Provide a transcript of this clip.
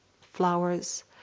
flowers